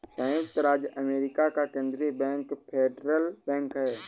सयुक्त राज्य अमेरिका का केन्द्रीय बैंक फेडरल बैंक है